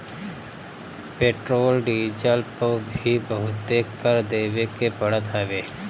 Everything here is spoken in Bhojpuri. पेट्रोल डीजल पअ भी बहुते कर देवे के पड़त हवे